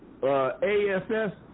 AFS